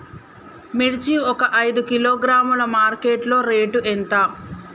మిర్చి ఒక ఐదు కిలోగ్రాముల మార్కెట్ లో రేటు ఎంత?